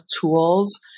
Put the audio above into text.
tools